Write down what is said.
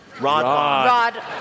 Rod